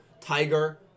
tiger